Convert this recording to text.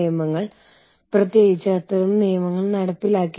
ഒരു രാജ്യത്തോടല്ല അവർ ഇടപെടുന്നതെന്ന് ഈ സംഘടനയിലെ ആളുകൾ മനസ്സിലാക്കണം